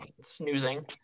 snoozing